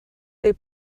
they